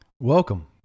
Welcome